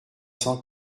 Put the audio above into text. cent